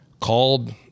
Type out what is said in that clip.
called